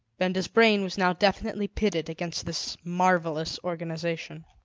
benda's brain was now definitely pitted against this marvelous organisation.